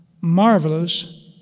marvelous